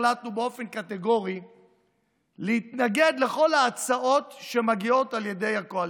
החלטנו באופן קטגורי להתנגד לכל ההצעות שמגיעות על ידי הקואליציה,